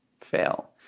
fail